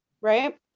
right